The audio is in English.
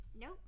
Nope